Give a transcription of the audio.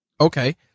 Okay